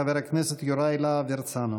חבר הכנסת יוראי להב הרצנו.